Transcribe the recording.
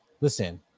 Listen